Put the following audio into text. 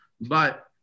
but-